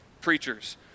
preachers